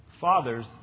Fathers